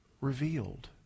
revealed